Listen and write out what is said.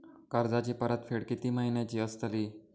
कर्जाची परतफेड कीती महिन्याची असतली?